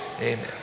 Amen